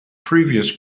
previous